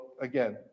again